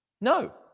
No